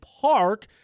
park